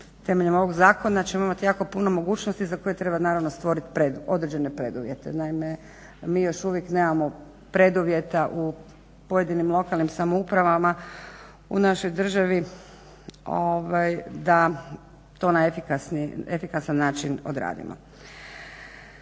temeljem ovog zakona ćemo imati jako puno mogućnosti za koje treba naravno, stvoriti određene preduvjete. Naime mi još uvijek nemamo preduvjeta u pojedinim lokalnim samoupravama u našoj državi da to na efikasan način odradimo.